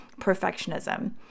perfectionism